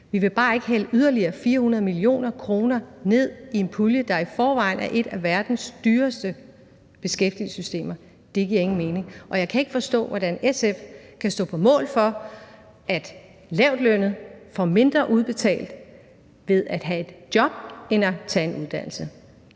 Vi vil bare ikke hælde yderligere 400 mio. kr. ned i en pulje, der i forvejen er et af verdens dyreste beskæftigelsessystemer. Det giver ingen mening. Og jeg kan ikke forstå, hvordan SF kan stå på mål for, at lavtlønnede får mindre udbetalt ved at have et job end ved at tage en uddannelse.